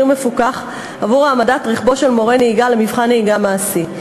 מפוקח עבור העמדת רכבו של מורה נהיגה למבחן נהיגה מעשי.